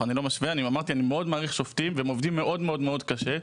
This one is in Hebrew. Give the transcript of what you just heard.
אני מאוד מעריך שופטים ואת עבודתם הקשה.